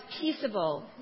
peaceable